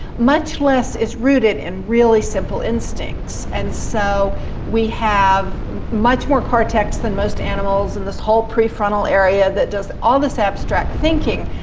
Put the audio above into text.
much less it's rooted in really simple instincts and so we have much more cortex than most animals and this whole prefrontal area that does all this abstract thinking.